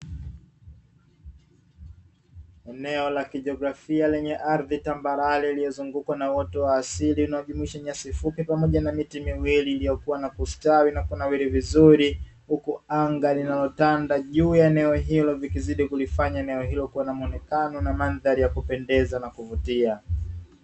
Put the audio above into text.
Eneo la kijiografia, lenye ardhi tambarare lililozungukwa na uoto wa asili unaojumuisha nyasi fupi pamoja na miti miwili iliokua na kustawi na kunawili vizuri, huku anga linalotanda juu ya eneo hilo vikizidi kulifanya eneo hilo liwe na mandhari ya kupendeza na kuvutia.